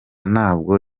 nabwo